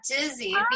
dizzy